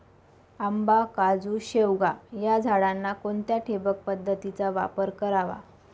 आंबा, काजू, शेवगा या झाडांना कोणत्या ठिबक पद्धतीचा वापर करावा?